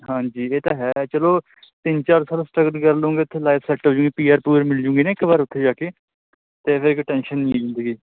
ਹਾਂਜੀ ਇਹ ਤਾਂ ਹੈ ਚਲੋ ਤਿੰਨ ਚਾਰ ਸਾਲ ਸਟਗਲ ਕਰਲਊਂਗੇ ਉੱਥੇ ਲਾਈਫ ਸੈੱਟ ਹੋ ਜਾਊਗੀ ਪੀ ਆਰ ਪੁ ਆਰ ਮਿਲ ਜਾਊਂਗੀ ਨਾ ਇੱਕ ਵਾਰ ਉੱਥੇ ਜਾ ਕੇ ਅਤੇ ਫਿਰ ਇੱਕ ਟੈਨਸ਼ਨ ਨਹੀਂ ਹੈ ਜ਼ਿੰਦਗੀ 'ਚ